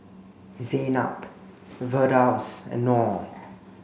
Zaynab Firdaus and Noh